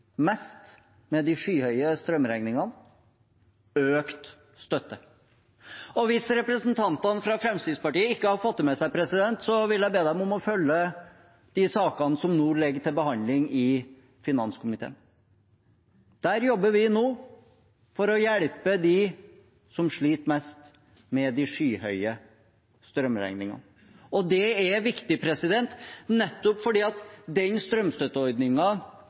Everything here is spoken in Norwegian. mest med de skyhøye strømregningene, økt støtte. Hvis representantene fra Fremskrittspartiet ikke har fått det med seg, vil jeg be dem om å følge de sakene som nå ligger til behandling i finanskomiteen. Der jobber vi nå for å hjelpe dem som sliter mest med de skyhøye strømregningene. Det er viktig, nettopp fordi den